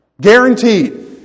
Guaranteed